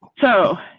so,